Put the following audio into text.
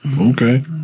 Okay